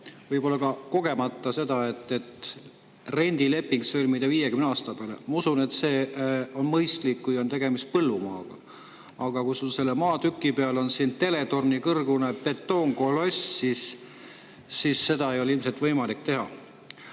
võib-olla ka kogemata, et [võiks] rendilepingu sõlmida 50 aasta peale. Ma usun, et see on mõistlik, kui on tegemist põllumaaga, aga kui sul selle maatüki peal on teletornikõrgune betoonkoloss, siis seda ei ole ilmselt võimalik teha. Aga